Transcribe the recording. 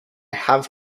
have